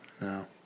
No